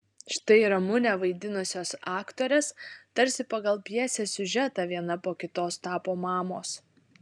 štai ramunę vaidinusios aktorės tarsi pagal pjesės siužetą viena po kitos tapo mamos